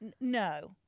No